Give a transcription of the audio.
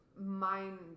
mind